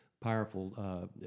powerful